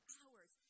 hours